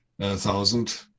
thousand